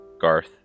Garth